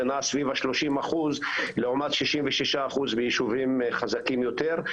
זה נע סביב ה-30 אחוז לעומת 66 אחוז ביישובים חזקים יותר,